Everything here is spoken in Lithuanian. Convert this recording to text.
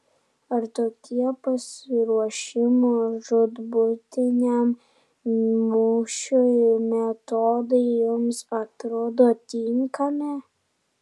ar tokie pasiruošimo žūtbūtiniam mūšiui metodai jums atrodo tinkami